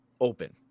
open